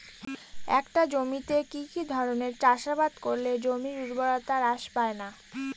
একটা জমিতে কি কি ধরনের চাষাবাদ করলে জমির উর্বরতা হ্রাস পায়না?